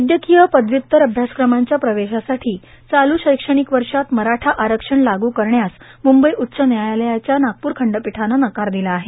वैदयकांय पदव्युत्तर अभ्यासक्रमांच्या प्रवेशासाठां चालू शैक्षाणक वषात मराठा आरक्षण लागू करण्यास मुंबई उच्च न्यायालयाच्या नागपूर खंडपीठानं नकार दिला आहे